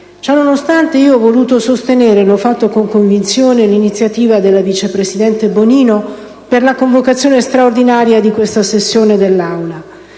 Ciò nonostante, ho voluto sostenere - l'ho fatto con convinzione - l'iniziativa della vice presidente Bonino per la convocazione straordinaria di questa sessione dell'Aula.